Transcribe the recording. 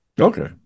Okay